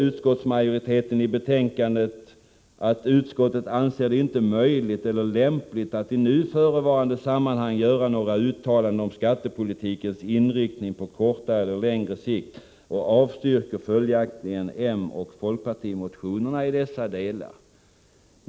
Utskottsmajoriteten säger i betänkandet att utskottet ”anser det inte möjligt eller lämpligt att i nu förevarande sammanhang göra några uttalanden om skattepolitikens inriktning på kortare eller längre sikt och avstyrker följaktligen - och motionerna i dessa delar”.